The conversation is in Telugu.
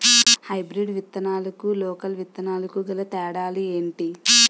హైబ్రిడ్ విత్తనాలకు లోకల్ విత్తనాలకు గల తేడాలు ఏంటి?